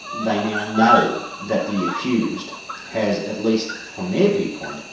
they now know that the accused has, at least from their viewpoint,